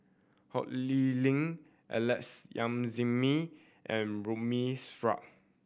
Ho Lee Ling Alex Yam Ziming and Ramli Sarip